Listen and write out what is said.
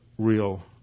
Real